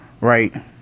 right